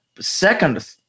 second